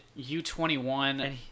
u21